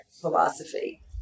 philosophy